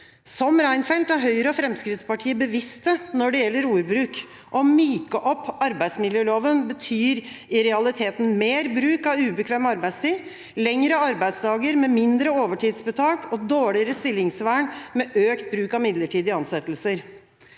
Som Reinfeldt er Høyre og Fremskrittspartiet bevisste når det gjelder ordbruk. Å myke opp arbeidsmiljøloven betyr i realiteten mer bruk av ubekvem arbeidstid, lengre arbeidsdager med mindre overtidsbetalt, og dårligere stillingsvern med økt bruk av midlertidige ansettelser.